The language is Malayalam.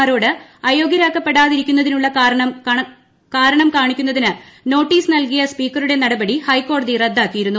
മാരോട് അയോഗൃരാക്കപ്പെടാതിരിക്കുന്നതിനുള്ള കാരണം കാണിക്കുന്നതിന് നോട്ടീസ് നൽകിയ സ്പീക്കറുടെ നടപടി ഹൈക്കോടതി റദ്ദാക്കിയിരുന്നു